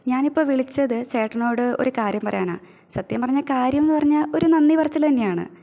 ഞാനിപ്പം വിളിച്ചത് ചേട്ടനോട് ഒരു കാര്യം പറയാനാ സത്യം പറഞ്ഞാൽ കാര്യംന്ന് പറഞ്ഞാൽ ഒരു നന്ദി പറച്ചിൽ തന്നെയാണ്